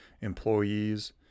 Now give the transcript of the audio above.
employees